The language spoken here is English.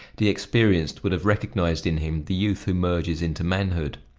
the experienced would have recognized in him the youth who merges into manhood.